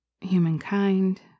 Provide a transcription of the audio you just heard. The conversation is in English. humankind